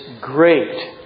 great